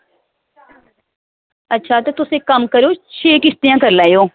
अच्छा तुस इक्क कम्म करेओ छे किश्तियां करी लैयो